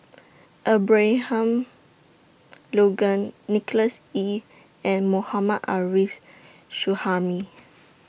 Abraham Logan Nicholas Ee and Mohammad Ares Suhaimi